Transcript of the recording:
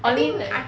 only